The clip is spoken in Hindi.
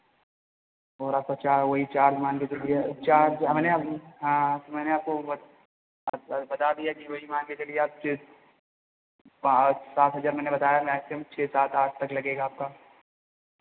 और आपका चार्ज़ वही चार्ज़ मान लो फिर भैया चार्ज़ मैंने आप हाँ मैंने आपको बता दिया कि भाई मान के चलिए आप पाँच सात हज़ार मैंने बताया मैक्सीमम छः सात आठ तक लगेगा आपका